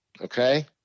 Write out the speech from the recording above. okay